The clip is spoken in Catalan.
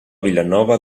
vilanova